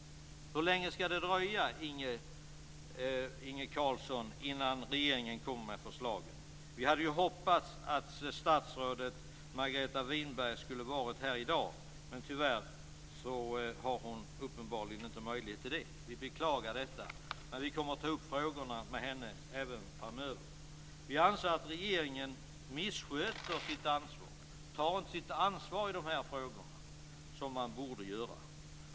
Hur länge skall det alltså dröja, Inge Carlsson, innan regeringen kommer med förslagen? Vi hade hoppats att statsrådet Margareta Winberg skulle vara här i dag. Tyvärr har hon uppenbarligen inte möjlighet till det. Vi beklagar det. Men vi kommer att ta upp de olika frågorna med henne även framöver. Vi anser att regeringen missköter sitt ansvar. Man tar inte sitt ansvar i de här frågorna som man borde göra.